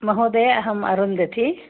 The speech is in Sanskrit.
महोदय अहम् अरुन्धती